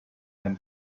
them